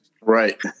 Right